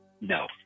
No